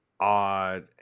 odd